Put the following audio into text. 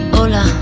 hola